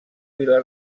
vila